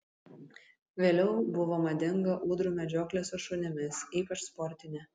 vėliau buvo madinga ūdrų medžioklė su šunimis ypač sportinė